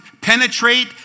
penetrate